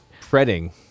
fretting